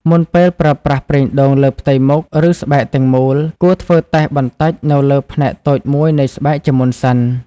មុនពេលប្រើប្រាស់ប្រេងដូងលើផ្ទៃមុខ ឬស្បែកទាំងមូល គួរធ្វើតេស្តបន្តិចនៅលើផ្នែកតូចមួយនៃស្បែកជាមុនសិន។